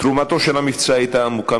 תרומתו של המבצע הייתה עמוקה,